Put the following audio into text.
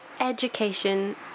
education